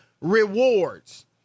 rewards